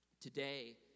Today